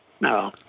no